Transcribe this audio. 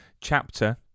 chapter